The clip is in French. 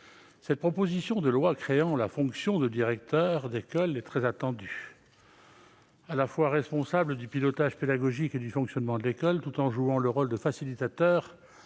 cette proposition de loi créant la fonction de directrice ou de directeur d'école était très attendue. À la fois responsables du pilotage pédagogique et du fonctionnement de l'école, tout en jouant un rôle de facilitateurs